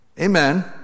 Amen